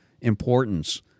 importance